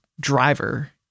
driver